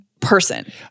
person